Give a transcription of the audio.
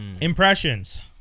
impressions